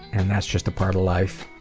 and that's just a part of life.